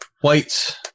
white